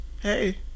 hey